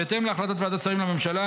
בהתאם להחלטת ועדת שרים לממשלה,